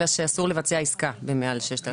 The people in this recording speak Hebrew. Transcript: אלא שאסור לבצע עסקה מעל 6,000 שקלים.